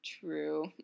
True